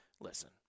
listen